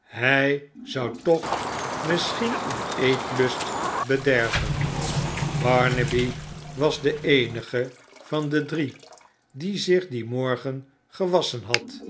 hij zou toch misschien uw eetlust bederven barnaby was de eenige van de drie die zich dien morgen ge wasschen had